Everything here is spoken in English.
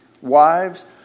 Wives